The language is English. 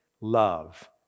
love